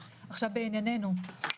בענייננו,